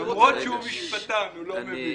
למרות שהוא משפטן, הוא לא מבין.